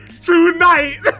tonight